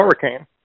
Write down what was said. hurricane